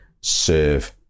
serve